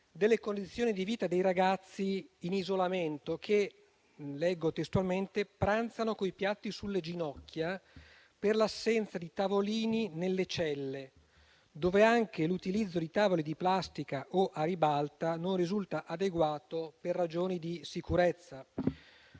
delle condizioni di vita dei ragazzi in isolamento che, come si può leggere, pranzano coi piatti sulle ginocchia per l'assenza di tavolini nelle celle, dove anche l'utilizzo di tavole di plastica o a ribalta non risulta adeguato per ragioni di sicurezza.